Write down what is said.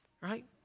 right